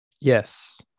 yes